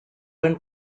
when